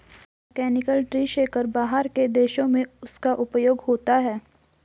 mechanical tree shaker बाहर के देशों में उसका उपयोग होता है